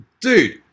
dude